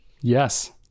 yes